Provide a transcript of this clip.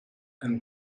and